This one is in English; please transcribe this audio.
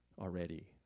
already